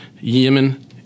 Yemen